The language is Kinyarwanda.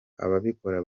ababikora